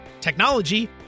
technology